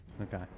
Okay